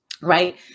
right